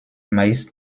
meist